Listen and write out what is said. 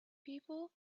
people